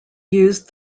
used